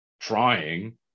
trying